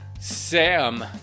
Sam